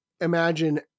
imagine